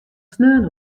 sneon